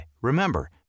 remember